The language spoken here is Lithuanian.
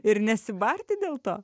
ir nesibarti dėl to